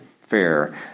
fair